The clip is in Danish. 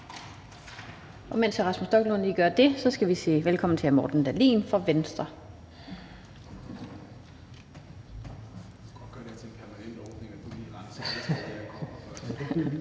og mens hr. Rasmus Stoklund gør det, skal vi sige velkommen til hr. Morten Dahlin fra Venstre.